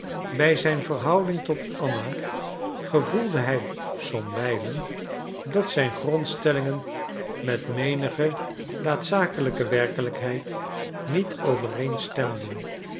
bij zijn verhouding tot anna gevoelde hij somwijlen dat zijn grondstellingen met menige daadzakelijke werkelijkheid niet